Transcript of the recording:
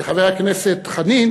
לחבר הכנסת חנין,